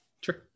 Sure